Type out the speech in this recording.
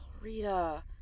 Rita